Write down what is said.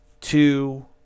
two